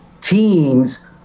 teams